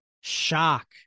shock